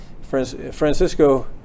Francisco